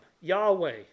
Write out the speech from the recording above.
Yahweh